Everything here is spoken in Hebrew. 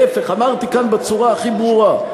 להפך, אמרתי כאן בצורה הכי ברורה: